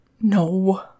No